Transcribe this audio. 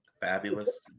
Fabulous